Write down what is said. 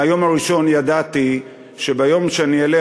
מהיום הראשון ידעתי שביום שאני אלך,